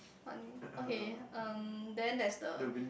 one okay um then there's the